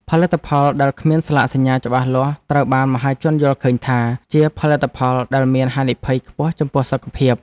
ផលិតផលដែលគ្មានស្លាកសញ្ញាច្បាស់លាស់ត្រូវបានមហាជនយល់ឃើញថា ជាផលិតផលដែលមានហានិភ័យខ្ពស់ចំពោះសុខភាព។